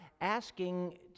asking